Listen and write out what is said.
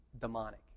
demonic